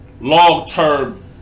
long-term